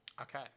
Okay